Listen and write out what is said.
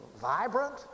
vibrant